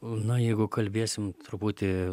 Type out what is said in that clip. na jeigu kalbėsim truputį